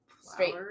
straight